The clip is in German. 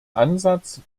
ansatz